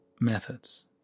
methods